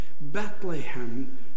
Bethlehem